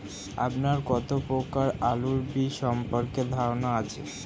আপনার কত প্রকারের আলু বীজ সম্পর্কে ধারনা আছে?